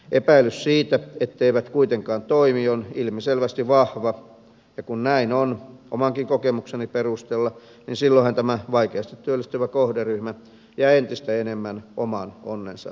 epäilys siitä etteivät kuitenkaan toimi on ilmiselvästi vahva ja kun näin on omankin kokemukseni perusteella niin silloinhan tämä vaikeasti työllistyvä kohderyhmä jää entistä enemmän oman onnensa varaan